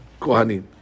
kohanim